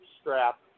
strap